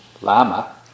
Lama